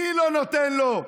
מי לא נותן לו?